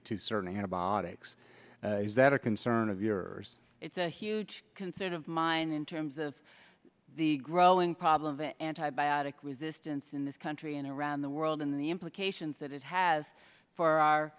to certain antibiotics is that a concern of yours it's a huge concern of mine in terms of the growing problem of antibiotic resistance in this country and around the world in the implications that it has for our